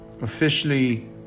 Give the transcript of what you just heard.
officially